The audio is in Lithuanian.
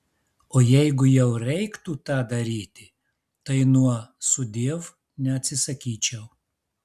o jeigu jau reiktų tą daryti tai nuo sudiev neatsisakyčiau